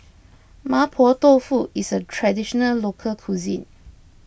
Mapo Tofu is a Traditional Local Cuisine